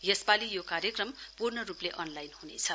यसपालि यो कार्यक्रम पूर्ण रुपले अनआइन हुनेछ